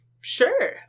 Sure